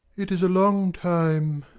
it is a long time.